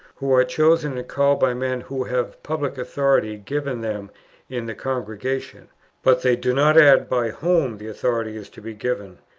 who are chosen and called by men who have public authority given them in the congregation but they do not add by whom the authority is to be given.